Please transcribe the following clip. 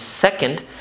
second